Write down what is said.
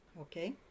okay